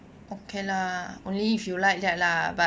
okay lah only if you like that lah but